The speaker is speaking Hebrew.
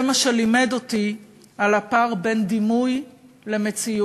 זה מה שלימד אותי על הפער בין דימוי למציאות,